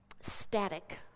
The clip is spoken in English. static